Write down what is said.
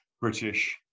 British